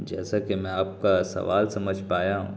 جیسا کہ میں آپ کا سوال سمجھ پایا